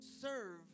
Serve